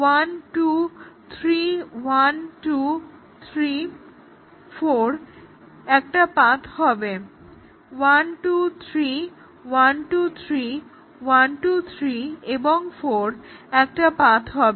1 2 3 1 2 3 4 একটা পাথ হবে 1 2 3 1 2 3 1 2 3 এবং 4 একটা পাথ হবে